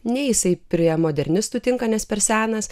nei jisai prie modernistų tinka nes per senas